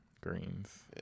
Greens